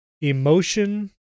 emotion